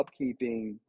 upkeeping